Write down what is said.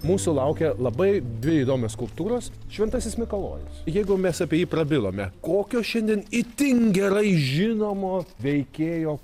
mūsų laukia labai dvi įdomios skulptūros šventasis mikalojus jeigu mes apie jį prabilome kokio šiandien itin gerai žinomo veikėjo